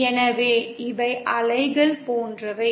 எனவே இவை அலைகள் போன்றவை